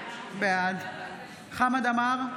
בעד חמד עמאר,